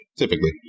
Typically